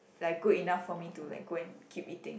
like good enough for me to like go and keep eating